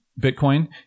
Bitcoin